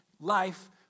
life